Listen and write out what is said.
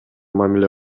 мамиле